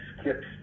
skips